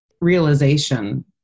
realization